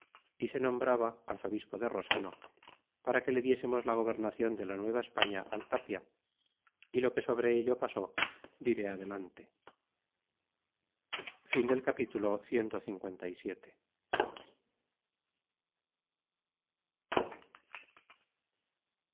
é se nombraba arzobispo de resano para que le diésemos la gobernacion de la nueva españa al tapia e lo que sobre ello pasó diré adelante capitulo clviii